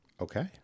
Okay